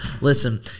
listen